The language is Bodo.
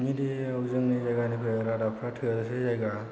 मिडियाआव जोंनि जायगानिफ्राय रादाबफोरा थोजासे जायगा